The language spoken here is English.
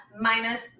minus